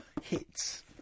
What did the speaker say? hits